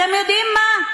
אתם יודעים מה?